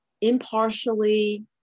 impartially